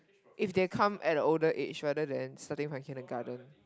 if they come at older age rather than starting from kindergarten